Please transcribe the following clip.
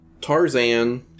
Tarzan